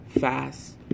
fast